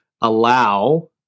allow